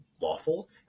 lawful